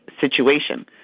situation